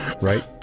right